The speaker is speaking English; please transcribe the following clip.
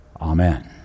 Amen